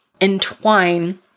entwine